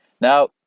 Now